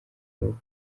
bihugu